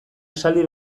esaldi